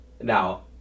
Now